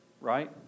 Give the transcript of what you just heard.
Right